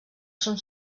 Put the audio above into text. són